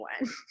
one